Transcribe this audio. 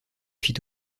fit